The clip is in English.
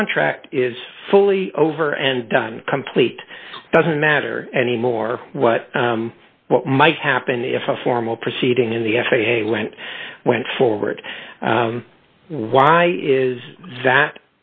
contract is fully over and done complete doesn't matter anymore what what might happen if a formal proceeding in the f a a went went forward why is that